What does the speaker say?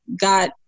got